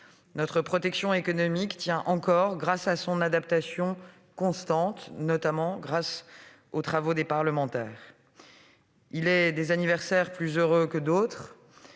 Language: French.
notre protection économique tient encore, grâce à son adaptation constante notamment permise par les travaux des parlementaires. Il est des anniversaires plus heureux que d'autres.